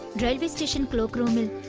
railway station cloakroom